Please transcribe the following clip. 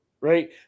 right